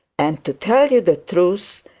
and, to tell you the truth,